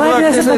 חברי הכנסת,